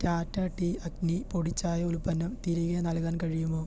Tata tea Agni പൊടി ചായ ഉൽപ്പന്നം തിരികെ നൽകാൻ കഴിയുമോ